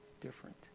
different